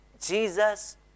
Jesus